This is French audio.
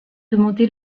demandé